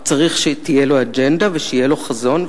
הוא צריך שתהיה לו אג'נדה ושיהיה לו חזון,